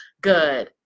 good